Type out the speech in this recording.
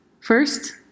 First